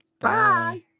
Bye